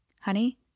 Honey